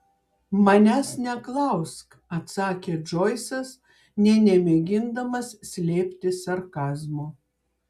manęs neklausk atsakė džoisas nė nemėgindamas slėpti sarkazmo